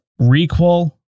requel